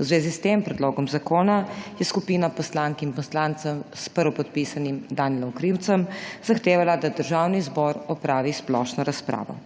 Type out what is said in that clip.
V zvezi s tem predlogom zakona je skupina poslank in poslancev s prvopodpisanim Danijelom Krivcem zahtevala, da Državni zbor opravi splošno razpravo.